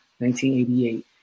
1988